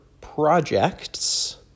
projects